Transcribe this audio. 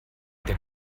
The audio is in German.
der